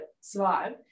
survive